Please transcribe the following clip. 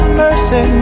mercy